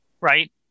right